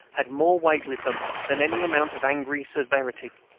had more weight with them than any amount of angry severity.